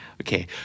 Okay